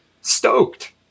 stoked